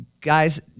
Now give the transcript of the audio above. Guys